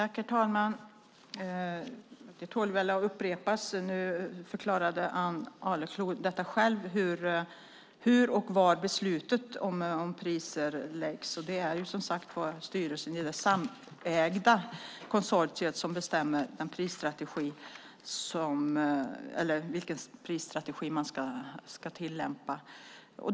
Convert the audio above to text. Herr talman! Det tål att upprepas, och Ann Arleklo förklarade det själv, hur och var beslutet om priser tas. Det är som sagt styrelsen i det samägda konsortiet som bestämmer vilken prisstrategi man ska tillämpa.